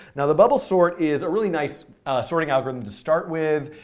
now the bubble sort is a really nice sorting algorithm to start with.